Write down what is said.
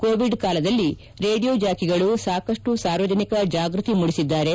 Covid ಕಾಲದಲ್ಲಿ radio ಜಾಕಿಗಳು ಸಾಕಷ್ಟು ಸಾರ್ವಜನಿಕ ಜಾಗೃತಿ ಮೂಡಿಸಿದ್ದಾರೆ